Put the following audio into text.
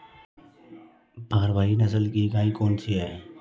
भारवाही नस्ल की गायें कौन सी हैं?